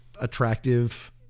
attractive